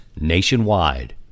nationwide